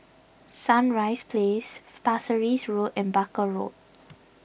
Sunrise Place Pasir Ris Road and Barker Road